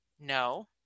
No